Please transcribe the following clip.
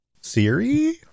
Siri